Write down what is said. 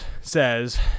says